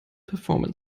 performance